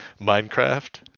Minecraft